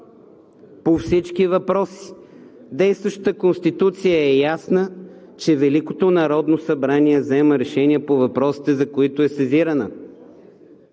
по всички въпроси. Действащата Конституция е ясна – Великото народно събрание взема решения по въпросите, за които е сезирана.